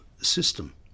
system